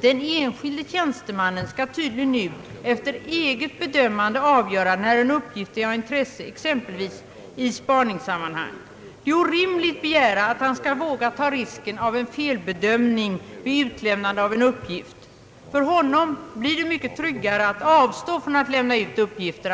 Den enskilde tjänstemannen skall tydligen nu efter eget bedömande avgöra när en uppgift är av intresse, exempelvis i spaningssammanhang. Det är orimligt att begära att han skall våga ta risken av en felbedömning vid utlämnandet av en uppgift. För honom blir det mycket tryggare att avstå från att alls lämna ut uppgiften.